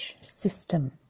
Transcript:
system